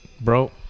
bro